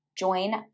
join